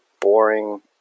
boring